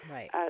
Right